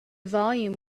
volume